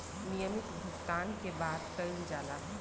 नियमित भुगतान के बात कइल जाला